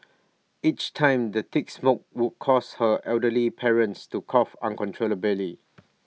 each time the thick smoke would cause her elderly parents to cough uncontrollably